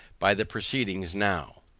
by the proceedings now.